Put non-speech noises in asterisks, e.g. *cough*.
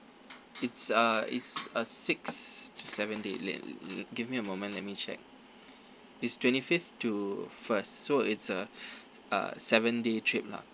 it's a it's a six to seven day late give me a moment let me check it's twenty fifth to first so it's a *breath* uh seven day trip lah